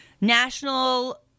national –